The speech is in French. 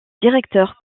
directeur